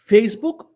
Facebook